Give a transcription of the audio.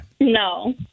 No